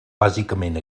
bàsicament